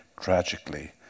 tragically